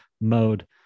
mode